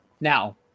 Now